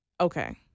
Okay